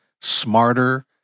smarter